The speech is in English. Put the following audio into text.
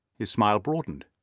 his smile broadened.